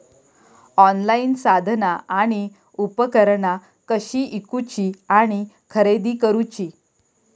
Online साधना आणि उपकरणा कशी ईकूची आणि खरेदी करुची?